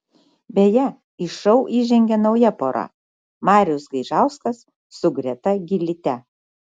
beje į šou įžengė nauja pora marius gaižauskas su greta gylyte